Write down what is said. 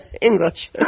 english